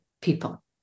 people